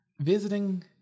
visiting